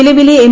നിലവിലെ എം